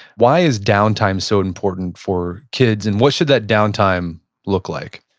why is downtime so important for kids, and what should that downtime look like?